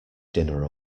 dinner